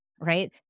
right